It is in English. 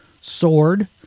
sword